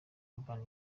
urban